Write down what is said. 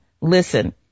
Listen